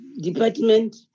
department